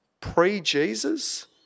pre-Jesus